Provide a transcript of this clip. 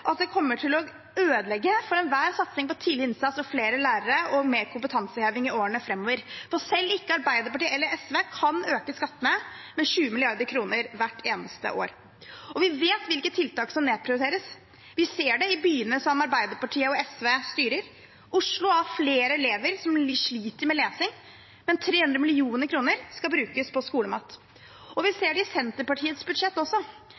at det kommer til å ødelegge for enhver satsing på tidlig innsats, flere lærere og mer kompetanseheving i årene framover. For selv ikke Arbeiderpartiet eller SV kan øke skattene med 20 mrd. kr hvert eneste år. Vi vet hvilke tiltak som nedprioriteres. Vi ser det i byene som Arbeiderpartiet og SV styrer. Oslo har flere elever som sliter med lesing, men 300 mill. kr skal brukes på skolemat. Vi ser det i Senterpartiets budsjett også,